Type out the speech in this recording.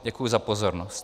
Děkuji za pozornost.